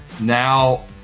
Now